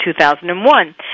2001